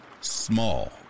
Small